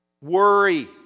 worry